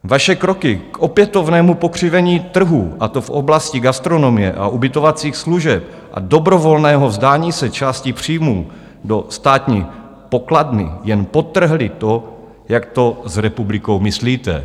Vaše kroky k opětovnému pokřivení trhu, a to v oblasti gastronomie a ubytovacích služeb a dobrovolného vzdání se části příjmů do státní pokladny, jen podtrhly to, jak to s republikou myslíte.